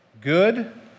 good